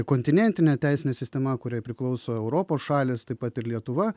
kontinentinė teisinė sistema kuriai priklauso europos šalys taip pat ir lietuva